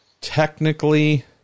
technically